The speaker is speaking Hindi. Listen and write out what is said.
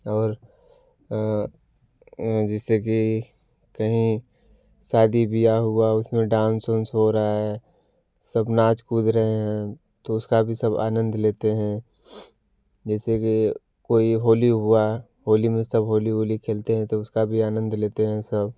और जैसे कि कहीं शादी ब्याह हुआ उसमें डांस उंस हो रहा है सब नाच कूद रहे हैं तो उसका भी सब आनंद लेते हैं जैसे कि कोई होली हुआ होली में सब होली उली खेलते हैं तो उसका भी आनंद लेते हैं सब